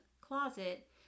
closet